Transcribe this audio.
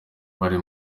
bari